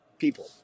people